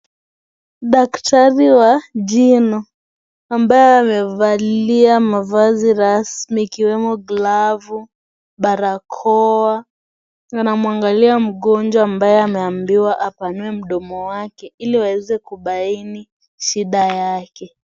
Daktari wa jino ambaye amevalia mavazi rasmi ikiwemo glavu, barakoa anamwangalia mgonjwa ambaye ameambiwa apanue mdomo wake ili waweze kubaini shida yake.